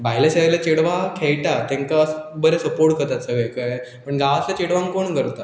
भायले शायले चेडवां खेयटा तेंकां बरें सपोर्ट करतात सगळे कळ्ळे पूण गांवांतल्या चेडवांक कोण करता